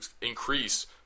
increase